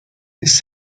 this